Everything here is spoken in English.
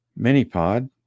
Minipod